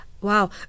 Wow